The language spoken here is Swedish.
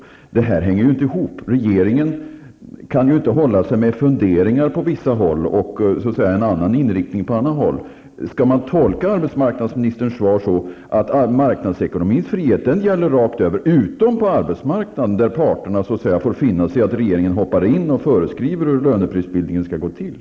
Det hänger inte ihop. Regeringen kan inte hålla sig med funderingar på vissa håll och en annan inriktning på andra håll. Skall man tolka arbetsmarknadsministerns svar som att marknadsekonomins frihet gäller rakt över utom på arbetsmarknaden, där parterna så att säga får finna sig i att regeringen hoppar in och föreskriver hur löneprisbildningen skall gå till?